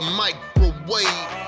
microwave